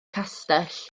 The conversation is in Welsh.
castell